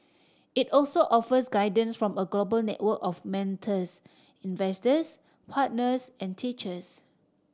it also offers guidance from a global network of mentors investors partners and teachers